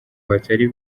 batari